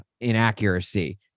inaccuracy